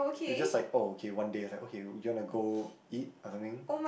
it was just like oh okay one day I was like okay you want to go eat or something